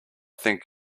think